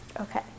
Okay